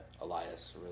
Elias